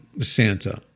Santa